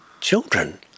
children